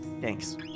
thanks